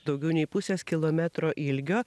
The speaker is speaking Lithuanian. daugiau nei pusės kilometro ilgio